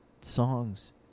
songs